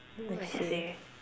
what I say